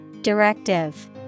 Directive